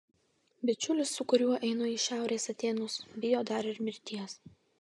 bičiulis su kuriuo einu į šiaurės atėnus bijo dar ir mirties